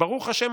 ברוך השם,